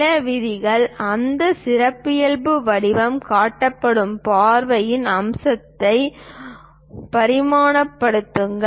சில விதிகள் அதன் சிறப்பியல்பு வடிவம் காட்டப்படும் பார்வையில் அம்சத்தை பரிமாணப்படுத்துங்கள்